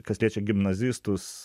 kas liečia gimnazistus